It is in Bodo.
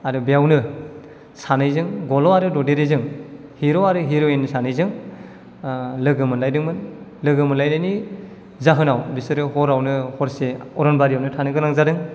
आरो बेयावनो सानैजों गल' आरो ददेरेजों हिर' आरो हिर'यिन सानैजों लोगो मोनलायदोंमोन लोगो मोलायनायनि जाहोनाव बिसोरो हरावनो हरसे अरनबारियावनो थानो गोनां जादों